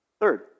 Third